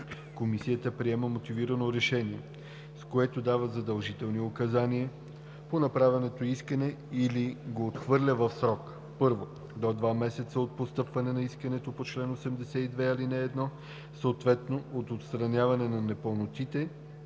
Комисията приема мотивирано решение, с което дава задължителни указания по направеното искане или го отхвърля в срок: 1. до два месеца от постъпване на искането по чл. 82, ал. 1, съответно от отстраняване на непълнотите